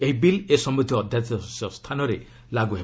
ଏହି ବିଲ୍ ଏ ସମ୍ଭନ୍ଧୀୟ ଅଧ୍ୟାଦେଶ ସ୍ଥାନରେ ଲାଗୁ ହେବ